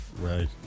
Right